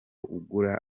ugura